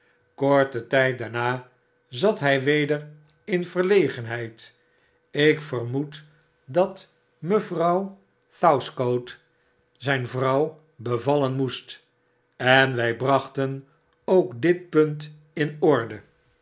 korten tyd daarna zat by weder in verlegenoverdrukken heid ik vermoed dat mevrouw southcote zijn vrouw bevallen moest en wy brachten ook dit punt in orde